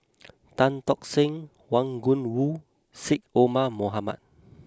Tan Tock Seng Wang Gungwu Syed Omar Mohamed